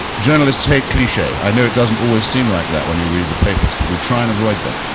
journalists hate cliche. i know it doesn't always seem like that when you read the papers, but we try and avoid them.